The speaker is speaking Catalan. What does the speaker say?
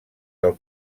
del